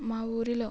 మా ఊరిలో